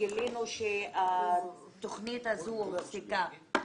שהתוכנית הזו הופסקה.